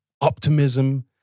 optimism